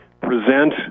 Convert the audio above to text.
present